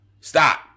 stop